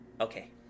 Okay